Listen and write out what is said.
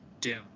Doom